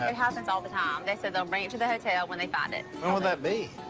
ah it happens all the time. they said they'll bring it to the hotel when they find it. when will that be?